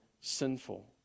sinful